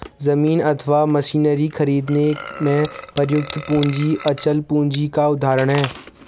जमीन अथवा मशीनरी खरीदने में प्रयुक्त पूंजी अचल पूंजी का उदाहरण है